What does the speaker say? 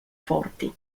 forti